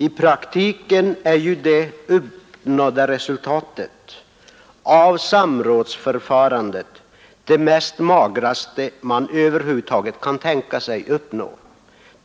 I praktiken är de uppnådda resultaten av samrådsförfarandet det magraste man över huvud taget kan tänka sig.